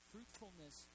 Fruitfulness